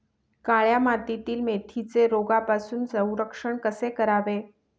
काळ्या मातीतील मेथीचे रोगापासून संरक्षण कसे करावे?